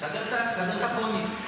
חבר הכנסת כהן.